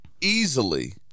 easily